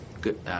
Good